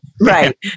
Right